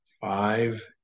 five